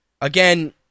Again